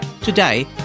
Today